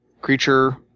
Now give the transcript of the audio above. creature